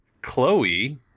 Chloe